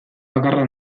bakarra